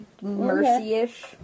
mercy-ish